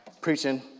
preaching